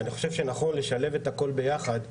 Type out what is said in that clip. ואני חושב שנכון לשלב את הכל ביחד.